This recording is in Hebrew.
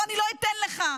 ואני לא אתן לך,